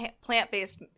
plant-based